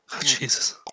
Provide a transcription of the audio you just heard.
Jesus